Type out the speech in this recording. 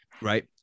right